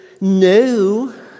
no